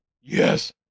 Yes